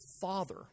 Father